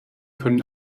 können